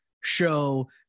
show